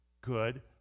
good